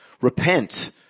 Repent